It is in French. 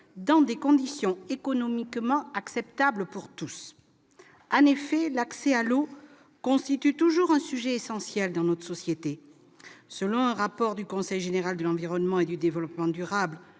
dans des conditions économiquement acceptables pour tous. En effet, l'accès à l'eau constitue toujours un sujet essentiel dans notre société. Selon un rapport du Conseil général de l'environnement et du développement durable